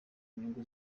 nyungu